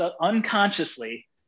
unconsciously